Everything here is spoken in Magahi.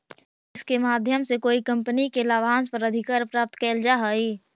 निवेश के माध्यम से कोई कंपनी के लाभांश पर अधिकार प्राप्त कैल जा हई